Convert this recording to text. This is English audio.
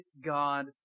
God